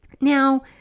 Now